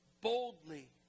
boldly